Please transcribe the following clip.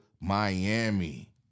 Miami